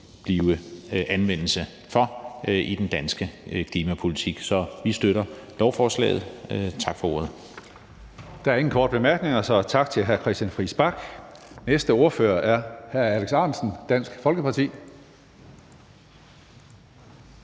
blive anvendelse af i den danske klimapolitik. Så vi støtter lovforslaget. Tak for ordet. Kl. 13:57 Tredje næstformand (Karsten Hønge): Der er ingen korte bemærkninger, så tak til hr. Christian Friis Bach. Den næste ordfører er hr. Alex Ahrendtsen, Dansk Folkeparti.